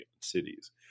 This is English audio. cities